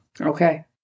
Okay